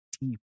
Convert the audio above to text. Deep